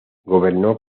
gobernó